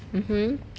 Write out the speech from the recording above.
mmhmm